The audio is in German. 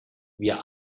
wir